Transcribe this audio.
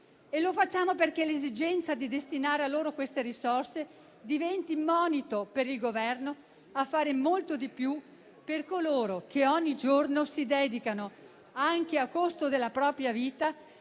E lo facciamo perché l'esigenza di destinare loro queste risorse diventi monito per il Governo a fare molto di più per coloro che ogni giorno si dedicano, anche a costo della propria vita,